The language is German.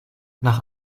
nach